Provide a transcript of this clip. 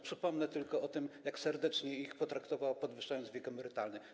Przypomnę tylko o tym, jak serdecznie ich potraktowała, podwyższając wiek emerytalny.